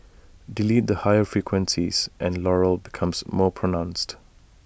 delete the higher frequencies and Laurel becomes more pronounced